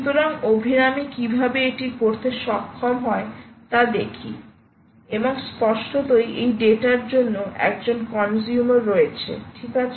সুতরাং অভিরামী কীভাবে এটি করতে সক্ষম হয় তা দেখি এবং স্পষ্টতই এই ডেটার জন্য একজন কনজিউমার রয়েছে ঠিক আছে